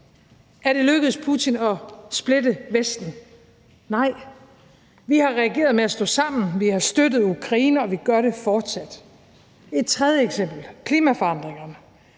Er det lykkedes Putin at splitte Vesten? Nej, vi har reageret med at stå sammen, vi har støttet Ukraine, og vi gør det fortsat. Et tredje eksempel er klimaforandringerne.